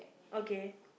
okay